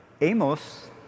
Amos